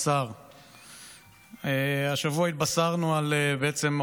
נעבור להצעות לסדר-היום בנושא: כלכלת ישראל בסכנה,